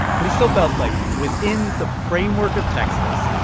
but he still felt like within the framework of texas,